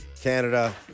Canada